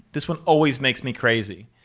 this one always makes me crazy.